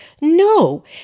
No